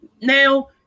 now